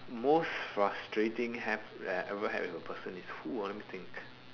most frustrating have that I ever had with a person is who ah let me think